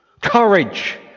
Courage